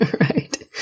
Right